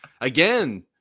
again